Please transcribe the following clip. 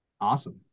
Awesome